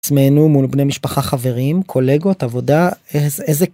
עצמנו מול בני משפחה חברים קולגות עבודה איזה.